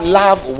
love